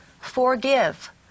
Forgive